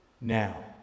Now